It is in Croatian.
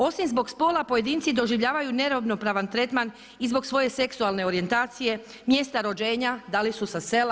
Osim zbog spola pojedinci doživljavaju neravnopravan tretman i zbog svoje seksualne orijentacije, mjesta rođenja, da li su sa sela.